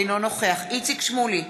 אינו נוכח איציק שמולי,